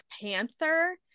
Panther